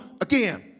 again